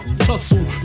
Tussle